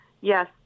Yes